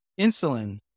insulin